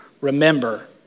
remember